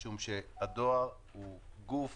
משום שהדואר הוא גוף